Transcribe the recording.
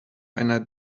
einer